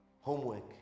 homework